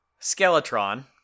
Skeletron